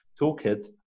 toolkit